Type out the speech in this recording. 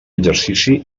exercici